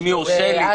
אם יורשה לי,